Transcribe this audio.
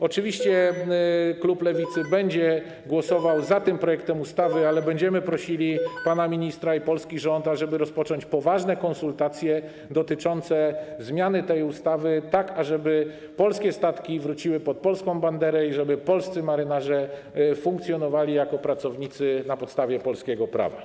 Oczywiście klub Lewicy będzie głosował za tym projektem ustawy, ale będziemy prosili pana ministra i polski rząd, ażeby rozpocząć poważne konsultacje dotyczące zmiany tej ustawy, tak żeby polskie statki wróciły pod polską banderę i żeby polscy marynarze funkcjonowali jako pracownicy na podstawie polskiego prawa.